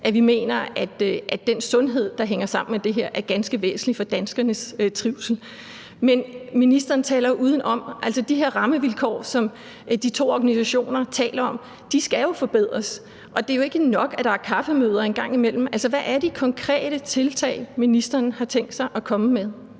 vi mener, at den sundhed, der hænger sammen med det her, er ganske væsentlig for danskernes trivsel. Men ministeren taler jo udenom. Altså, de her rammevilkår, som de to organisationer taler om, skal jo forbedres, og det er jo ikke nok, at der er kaffemøder en gang imellem. Hvad er de konkrete tiltag, ministeren har tænkt sig at komme med?